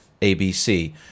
ABC